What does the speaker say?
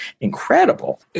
incredible